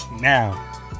now